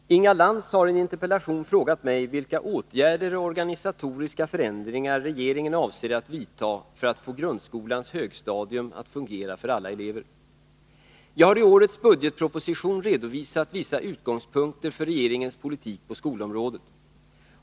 Herr talman! Inga Lantz har i en interpellation frågat mig vilka åtgärder och organisatoriska förändringar regeringen avser att vidta för att få grundskolans högstadium att fungera för alla elever. Jag har i årets budgetproposition redovisat vissa utgångspunkter för regeringens politik på skolområdet.